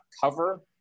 cover